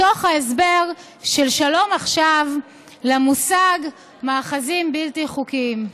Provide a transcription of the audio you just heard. מתוך ההסבר של שלום עכשיו למושג "מאחזים בלתי חוקיים".